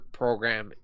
program